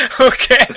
Okay